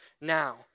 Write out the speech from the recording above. now